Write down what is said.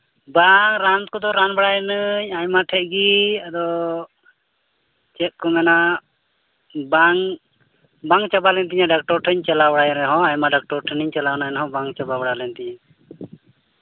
ᱵᱟᱝ ᱨᱟᱱ ᱠᱚᱫᱚ ᱨᱟᱱ ᱵᱟᱲᱟᱭᱤᱱᱟᱹᱧ ᱟᱭᱢᱟ ᱴᱷᱮᱱ ᱜᱮ ᱟᱫᱚ ᱪᱮᱫ ᱠᱚ ᱢᱮᱱᱟ ᱵᱟᱝ ᱪᱟᱵᱟ ᱞᱮᱱ ᱛᱤᱧᱟᱹ ᱰᱟᱠᱛᱚᱨ ᱴᱷᱮᱱᱤᱧ ᱪᱟᱞᱟᱣ ᱵᱟᱲᱟᱭᱮᱱ ᱨᱮᱦᱚᱸ ᱟᱭᱢᱟ ᱰᱟᱠᱛᱚᱨ ᱴᱷᱮᱱ ᱤᱧ ᱪᱟᱞᱟᱣᱱᱟ ᱮᱱ ᱦᱚᱸ ᱵᱟᱝ ᱪᱟᱵᱟ ᱵᱟᱲᱟ ᱞᱮᱱ ᱛᱤᱧᱟᱹ